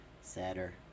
Sadder